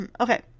okay